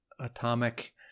Atomic